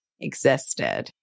existed